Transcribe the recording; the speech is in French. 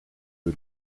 eux